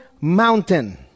mountain